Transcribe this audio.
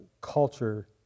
culture